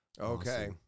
Okay